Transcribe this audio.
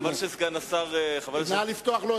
חבל שסגן השר ירד, רציתי לחדד את